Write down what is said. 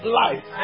life